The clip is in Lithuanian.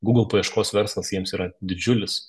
google paieškos verslas jiems yra didžiulis